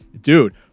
Dude